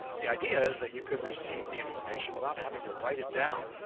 the idea is that you could receive the information without having to write it down.